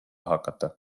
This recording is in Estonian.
hakata